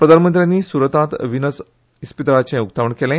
प्रधानमंत्र्यानी सूरतात विनस इस्पितळाचेय उक्तावण केले